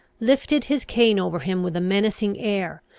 lifted his cane over him with a menacing air,